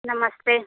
नमस्ते